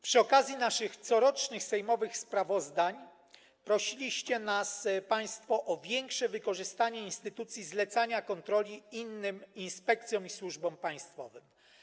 Przy okazji naszych corocznych sejmowych sprawozdań prosiliście nas państwo o większe wykorzystanie instytucji zlecania kontroli innym inspekcjom i służbom państwowym.